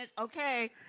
Okay